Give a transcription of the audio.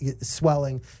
swelling